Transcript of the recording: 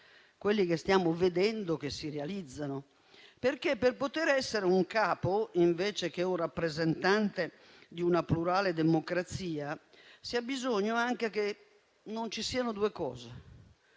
quelli che stiamo vedendo e che si realizzano. Per poter essere un capo, invece che un rappresentante di una plurale democrazia, si ha bisogno anche che non ci siano due cose,